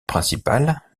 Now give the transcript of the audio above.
principal